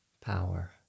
power